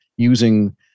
Using